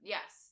Yes